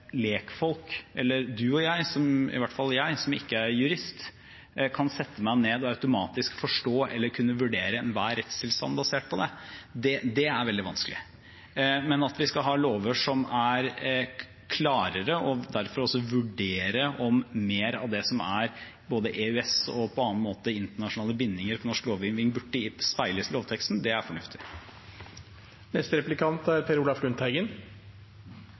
lekfolk – eller du og jeg, i hvert fall jeg, som ikke er jurist – kan sette seg ned og automatisk forstå eller vurdere enhver rettstilstand basert på det. Det er veldig vanskelig. Men at vi skal ha lover som er klarere, og derfor også vurdere om mer av det som gjelder både EØS og på annen måte internasjonale bindinger etter norsk lovgivning, burde speiles i lovteksten, er fornuftig. Jeg skjønner at regjeringa er